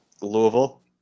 Louisville